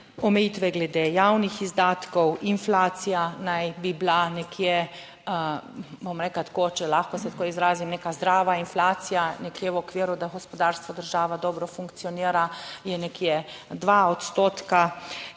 omejitve glede javnih izdatkov, inflacija naj bi bila nekje, bom rekla tako, če lahko se tako izrazim, neka zdrava inflacija nekje v okviru, da gospodarstvo država dobro funkcionira, je nekje 2 odstotka.